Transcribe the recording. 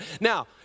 Now